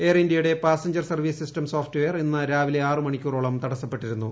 എയർഇന്ത്യയുടെ passenger service system software ഇന്ന് രാവിലെ ആറു മണിക്കൂറോളം തടസ്സ്പ്പെട്ടിരുന്നു